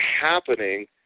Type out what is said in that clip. happening